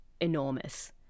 enormous